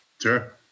Sure